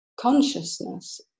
consciousness